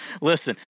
listen